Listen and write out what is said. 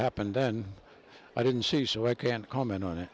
happened then i didn't see so i can't comment on it